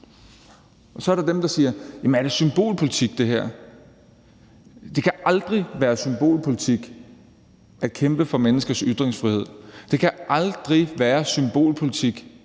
Så er der dem, der siger: Jamen er det her symbolpolitik? Det kan aldrig være symbolpolitik at kæmpe for menneskers ytringsfrihed. Det kan aldrig være symbolpolitik